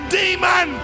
demon